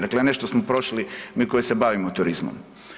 Dakle, nešto što smo prošli mi koji se bavimo turizmom.